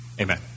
amen